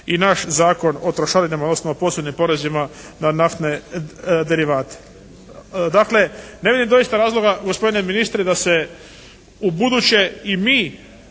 naš Zakon o trošarinama odnosno o posebnim porezima na naftne derivate. Dakle, ne vidim doista razloga gospodine ministre da se ubuduće i mi